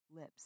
lips